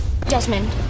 Desmond